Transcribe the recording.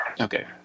Okay